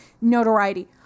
notoriety